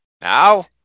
now